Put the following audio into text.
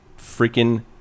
freaking